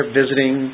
visiting